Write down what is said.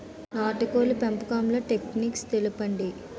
నాటుకోడ్ల పెంపకంలో టెక్నిక్స్ తెలుపండి?